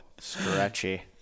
Stretchy